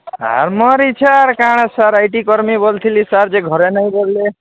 ଆର୍ ମୋର୍ ଇଛା ଆଉ କାଣା ସାର୍ ଆଇ ଟି କର୍ମି ବୋଲୁଥିଲି ସାର୍ ଯେ ଘରେ ନାଇଁ କଲେ